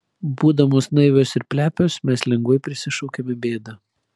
būdamos naivios ir plepios mes lengvai prisišaukiame bėdą